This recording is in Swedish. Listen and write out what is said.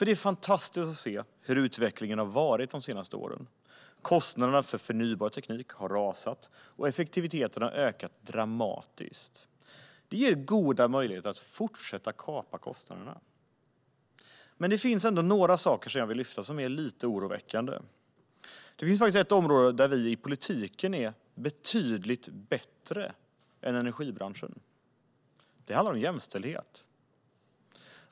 Det är fantastiskt att se hur utvecklingen har varit de senaste åren. Kostnaderna för förnybar teknik har rasat, och effektiviteten har ökat dramatiskt. Det ger goda möjligheter att fortsätta kapa kostnaderna. Men det finns ändå några saker som jag vill lyfta upp som är lite oroväckande. Det finns ett område där vi i politiken är betydligt bättre än energibranschen. Det handlar om jämställdhet.